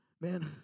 Man